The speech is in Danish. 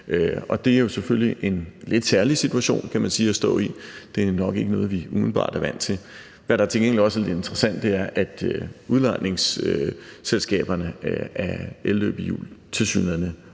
Det er jo selvfølgelig en lidt særlig situation at stå i, kan man sige. Det er jo nok ikke noget, vi umiddelbart er vant til. Hvad der til gengæld også er lidt interessant, er, at udlejningsselskaberne af elløbehjul tilsyneladende